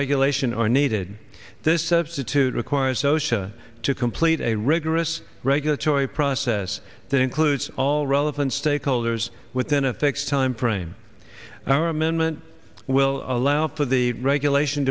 regulation are needed this substitute requires so sure to complete a rigorous regulatory process that includes all relevant stakeholders within a fixed time frame our amendment will allow for the regulation